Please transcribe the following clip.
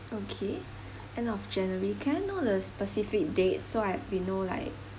okay end of january can I know the specific date so I we know like